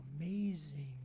amazing